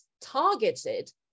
targeted